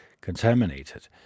contaminated